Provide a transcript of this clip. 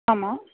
ஆமா